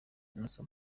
innocent